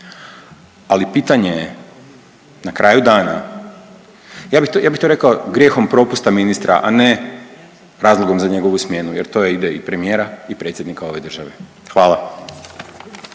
ali pitanje je na kraju dana, ja bih to, ja bih to rekao grijehom propusta ministra, a ne razlogom za njegovu smjeru jer to ide i premijera i predsjednika ove države. Hvala.